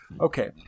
okay